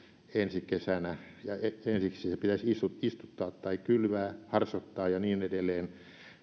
ensi kesänä ja ensiksi se pitäisi istuttaa tai kylvää harsottaa ja niin edelleen